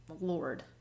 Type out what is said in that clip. Lord